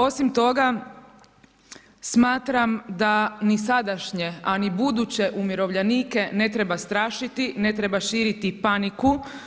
Osim toga, smatram da ni sadašnje a ni buduće umirovljenike ne treba strašiti, ne treba širiti paniku.